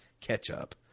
Ketchup